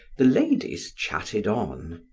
the ladies chatted on.